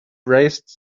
braced